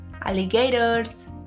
Alligators